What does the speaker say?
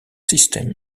system